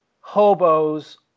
hobos